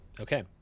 Okay